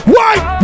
White